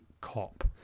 Cop